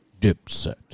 dipset